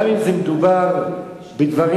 גם אם מדובר בדברים,